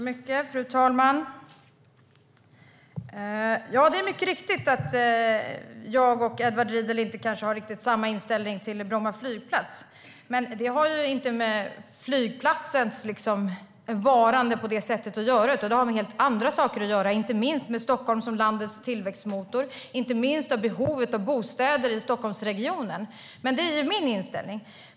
Fru talman! Det är mycket riktigt så att jag och Edward Riedl kanske inte har samma inställning till Bromma flygplats. Men det har inte med flygplatsens varande att göra, utan det har med helt andra saker att göra, inte minst med Stockholm som landets tillväxtmotor och med behovet av bostäder i Stockholmsregionen. Det är min inställning.